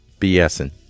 BSing